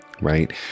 right